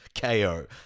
KO